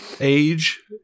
age